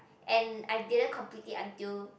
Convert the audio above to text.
and I didn't complete it until